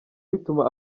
bituma